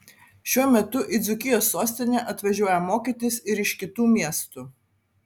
šiuo metu į dzūkijos sostinę atvažiuoja mokytis ir iš kitų miestų